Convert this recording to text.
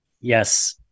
Yes